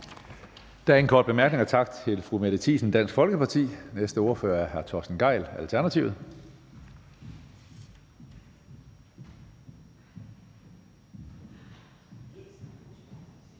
Der er ingen korte bemærkninger. Tak til fru Mette Thiesen, Dansk Folkeparti. Den næste ordfører er hr. Torsten Gejl, Alternativet.